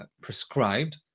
prescribed